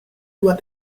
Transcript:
what